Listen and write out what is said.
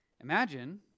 Imagine